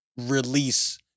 release